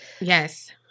Yes